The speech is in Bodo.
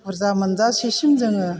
बुरजा मोनजासेसिम जोङो